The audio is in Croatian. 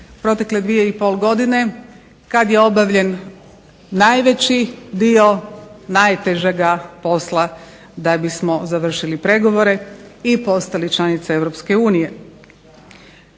protekle godine, kada je završen najteži dio najvećeg posla da bismo završili pregovore i postali članica